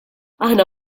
aħna